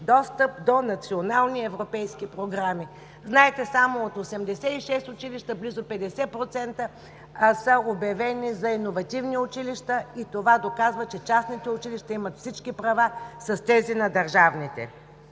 достъп до национални европейски програми. Знаете, от 86 училища близо 50% са обявени за иновативни училища. Това доказва, че частните училища имат всички права с тези на държавните.